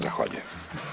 Zahvaljujem.